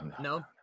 no